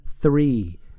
three